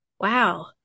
wow